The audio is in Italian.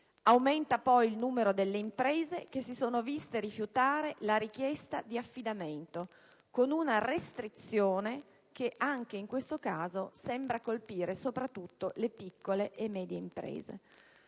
aumenta il numero delle imprese che si sono viste rifiutare la richiesta di affidamento con una restrizione che, anche in questo caso, sembra colpire soprattutto le piccole e medie imprese.